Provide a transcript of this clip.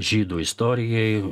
žydų istorijai